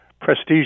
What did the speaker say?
prestige